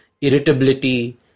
irritability